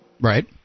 right